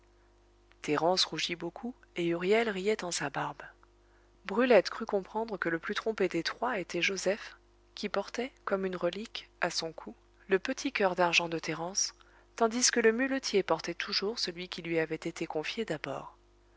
thérence rougit beaucoup et huriel riait en sa barbe brulette crut comprendre que le plus trompé des trois était joseph qui portait comme une relique à son cou le petit coeur d'argent de thérence tandis que le muletier portait toujours celui qui lui avait été confié d'abord